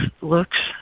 looks